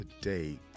today